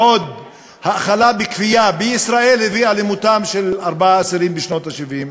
בעוד האכלה בכפייה בישראל הביאה למותם של ארבעה אסירים בשנות ה-70.